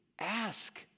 ask